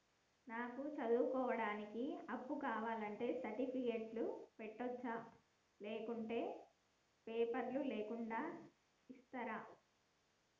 నాకు చదువుకోవడానికి అప్పు కావాలంటే సర్టిఫికెట్లు పెట్టొచ్చా లేకుంటే పేపర్లు లేకుండా ఇస్తరా?